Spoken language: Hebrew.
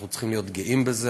אנחנו צריכים להיות גאים בזה.